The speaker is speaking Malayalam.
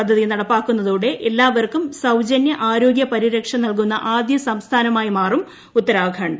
പദ്ധതി നടപ്പാക്കുന്നതോടെ എല്ലാവർക്കും സൌജനൃ ആരോഗൃ പരിരക്ഷ നൽകുന്ന ആദ്യ സംസ്ഥാനമായി മാറി ഉത്തരാഖണ്ഡ്